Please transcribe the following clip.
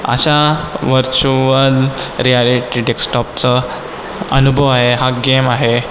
अशा virtual reality डेस्कटॉपचा अनुभव आहे हा गेम आहे